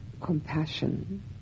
compassion